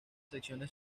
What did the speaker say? secciones